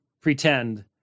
pretend